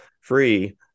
free